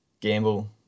Gamble